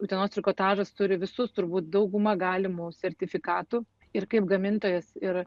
utenos trikotažas turi visus turbūt daugumą galimų sertifikatų ir kaip gamintojas ir